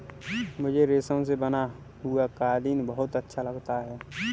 मुझे रेशम से बना हुआ कालीन बहुत अच्छा लगता है